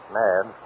mad